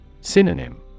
Synonym